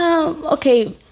Okay